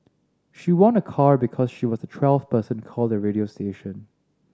she won a car because she was the twelfth person to call the radio station